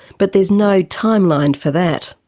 but there's no time-line for that.